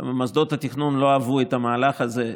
ומוסדות התכנון לא אהבו את המהלך הזה.